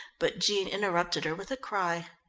but jean interrupted her with a cry.